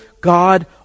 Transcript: God